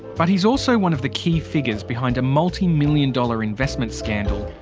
but he's also one of the key figures behind a multi-million dollar investment scandal.